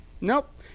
Nope